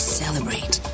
celebrate